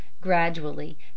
gradually